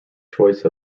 choice